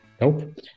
Nope